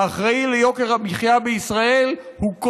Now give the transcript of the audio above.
האחראי ליוקר המחיה בישראל הוא,